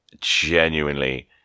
genuinely